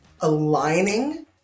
aligning